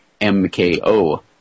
MKO